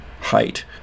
height